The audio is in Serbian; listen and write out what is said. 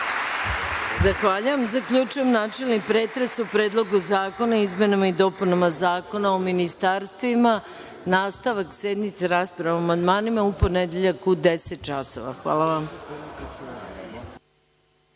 Zahvaljujem. Zaključujem načelni pretres o Predlogu zakona o izmenama i dopunama Zakona o ministarstvima. Nastavak sednice raspravom o amandmanima u ponedeljak u deset časova.